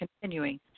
continuing